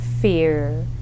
Fear